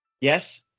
yes